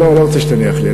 אני לא רוצה שתניח לי.